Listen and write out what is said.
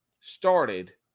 started